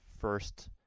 first